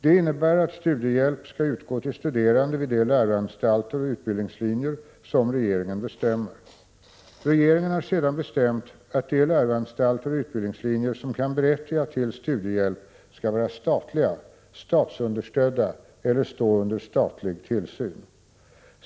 De innebär att studiehjälp skall utgå till studerande vid de läroanstalter och utbildningslinjer som regeringen bestämmer. Regeringen har sedan bestämt att de läroanstalter och utbildningslinjer som kan berättiga till studiehjälp skall vara statliga, statsunderstödda eller stå under statlig tillsyn.